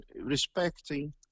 respecting